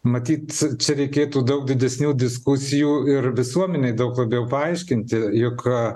matyt čia reikėtų daug didesnių diskusijų ir visuomenei daug labiau paaiškinti juk